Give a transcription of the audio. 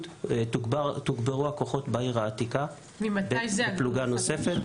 תוגברו הכוחות בעיר העתיקה בפלוגה נוספת.